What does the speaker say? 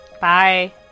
Bye